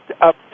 up